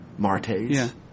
Martes